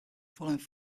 following